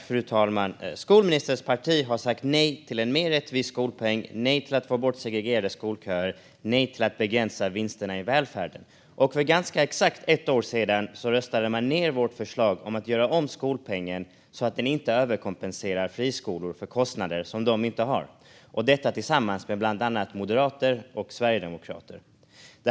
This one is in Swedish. Fru talman! Skolministerns parti har sagt nej till en mer rättvis skolpeng, nej till att ta bort segregerade skolköer och nej till att begränsa vinster i välfärden. För ganska exakt ett år sedan röstade Liberalerna ned vårt förslag om att göra om skolpengen så att den inte överkompenserar friskolor för kostnader de inte har. Detta gjorde man tillsammans med bland annat Moderaterna och Sverigedemokraterna.